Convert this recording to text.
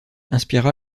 inspira